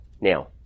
Now